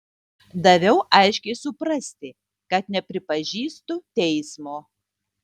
daviau aiškiai suprasti kad nepripažįstu teismo